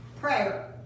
prayer